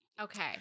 Okay